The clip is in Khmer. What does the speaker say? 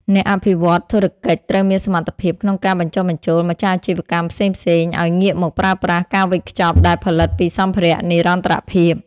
អ្នកអភិវឌ្ឍន៍ធុរកិច្ចត្រូវមានសមត្ថភាពក្នុងការបញ្ចុះបញ្ចូលម្ចាស់អាជីវកម្មផ្សេងៗ ឱ្យងាកមកប្រើប្រាស់ការវេចខ្ចប់ដែលផលិតពីសម្ភារៈនិរន្តរភាព។